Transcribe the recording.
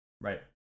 Right